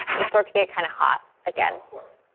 we'll start to get kind of hot again. we'll